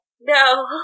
No